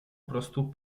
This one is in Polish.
prostu